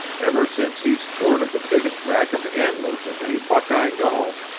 ever since he's sported the biggest rack of antlers of any buck i know.